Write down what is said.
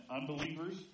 Unbelievers